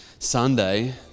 Sunday